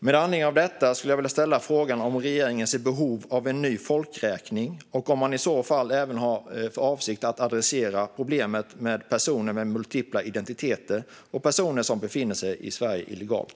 Med anledning av detta skulle jag vilja ställa frågan om regeringen ser behov av en ny folkräkning och om man i så fall även har för avsikt att adressera problemet med personer med multipla identiteter och personer som befinner sig i Sverige illegalt.